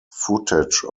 footage